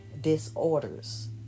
disorders